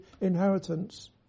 inheritance